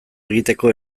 egiteko